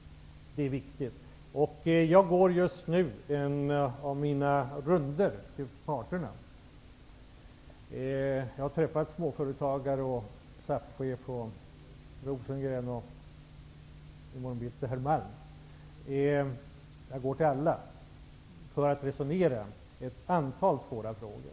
Det är viktigt. Jag har påbörjat en av mina rundor till parterna. Jag har träffat småföretagare, SAF-chefen och herr Rosengren. I morgon bitti skall jag träffa herr Malm. Jag besöker dem alla för att resonera om ett antal svåra frågor.